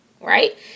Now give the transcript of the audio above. right